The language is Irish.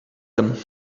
dom